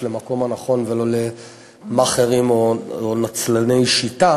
למקום הנכון ולא למאכערים או לנצלני שיטה,